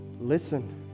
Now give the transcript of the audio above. listen